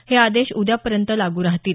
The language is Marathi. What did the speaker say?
हे आदेश उद्यापर्यंत लागू राहतील